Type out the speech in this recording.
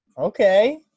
okay